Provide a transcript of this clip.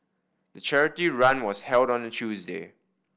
the charity run was held on a Tuesday